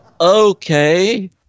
okay